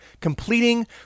completing